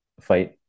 fight